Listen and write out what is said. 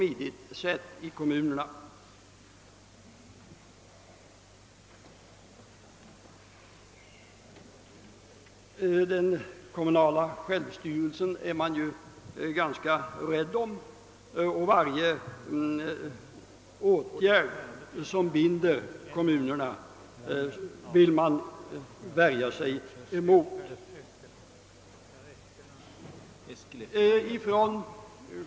Man är ganska rädd om den kommunala självstyrelsen och vill värja sig mot varje åtgärd som binder kommunerna.